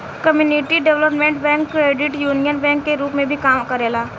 community development bank credit union bank के रूप में भी काम करेला